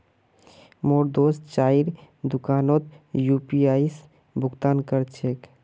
मोर दोस्त चाइर दुकानोत यू.पी.आई स भुक्तान कर छेक